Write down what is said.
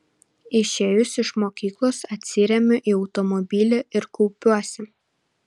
išėjusi iš mokyklos atsiremiu į automobilį ir kaupiuosi